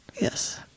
Yes